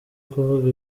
kuvuga